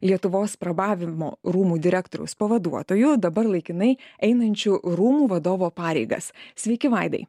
lietuvos prabavimo rūmų direktoriaus pavaduotoju dabar laikinai einančiu rūmų vadovo pareigas sveiki vaidai